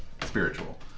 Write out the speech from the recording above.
spiritual